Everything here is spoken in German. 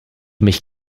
mich